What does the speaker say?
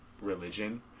religion